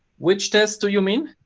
which test do you mean?